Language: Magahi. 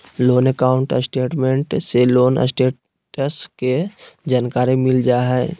लोन अकाउंट स्टेटमेंट से लोन स्टेटस के जानकारी मिल जा हय